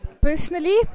Personally